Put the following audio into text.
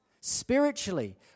Spiritually